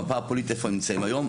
במפה הפוליטית, איפה הם נמצאים היום.